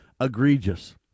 egregious